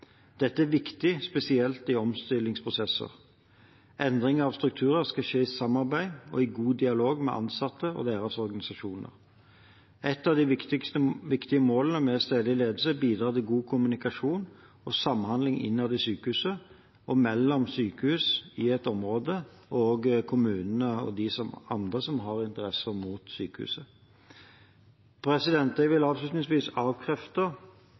Dette er viktig, spesielt i omstillingsprosesser. Endring av strukturer skal skje i samarbeid og i god dialog med ansatte og deres organisasjoner. Et av de viktige målene med stedlig ledelse er å bidra til god kommunikasjon og samhandling innad i sykehuset og mellom sykehus i et område og kommunene og andre som har interesser mot sykehuset. Jeg vil avslutningsvis avkrefte